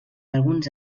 alguns